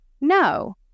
no